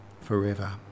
forever